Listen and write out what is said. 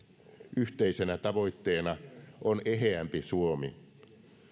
yhteisenä tavoitteena on eheämpi suomi